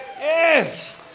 Yes